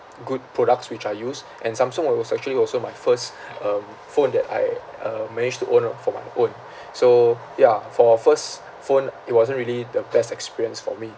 good products which I use and samsung wa~ was actually also my first um phone that I uh managed to own uh for my own so ya for first phone it wasn't really the best experience for me